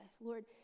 Lord